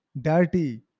dirty